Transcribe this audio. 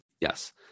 Yes